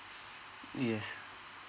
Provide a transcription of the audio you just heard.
yes